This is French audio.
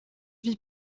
vie